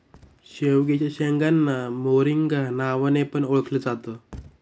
शेवग्याच्या शेंगांना मोरिंगा नावाने पण ओळखल जात